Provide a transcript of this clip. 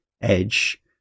Edge